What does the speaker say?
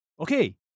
Okay